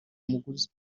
umuguzi